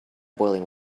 boiling